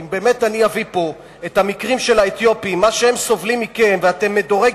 כי אם אני אביא את המקרים של האתיופים ומה שהם סובלים מכם ואת מדורי